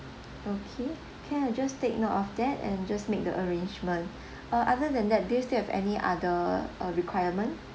okay can I'll just take note of that and just make the arrangement uh other than that do you still have any other uh requirement